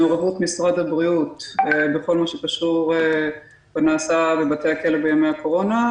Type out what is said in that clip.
מעורבות משרד הבריאות בכל מה שקשור ונעשה בבתי הכלא בימי הקורונה,